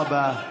תודה רבה.